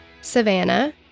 Savannah